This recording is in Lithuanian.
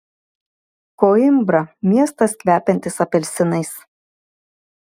koimbra miestas kvepiantis apelsinais